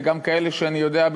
וגם כאלה שאני יודע,